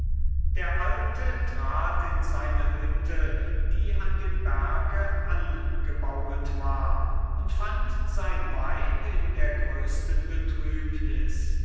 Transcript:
der alte trat in seine hütte die an dem berge angebauet war und fand sein weib in der größten betrübnis